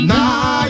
Now